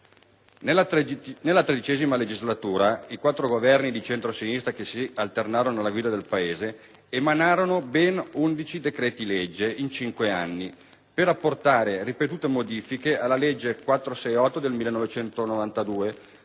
Nella XIII legislatura, i quattro Governi di centrosinistra che si alternarono alla guida del Paese emanarono ben undici decreti-legge in cinque anni, per apportare ripetute modifiche alla legge n. 468 del 1992,